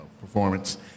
performance